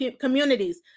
communities